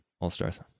All-Stars